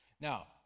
Now